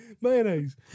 mayonnaise